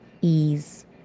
ease